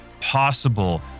possible